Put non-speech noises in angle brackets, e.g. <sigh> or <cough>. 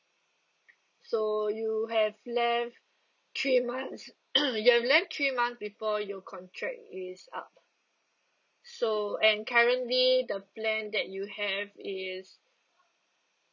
so you have left three months <coughs> you have left three month before your contract is up so and currently the plan that you have is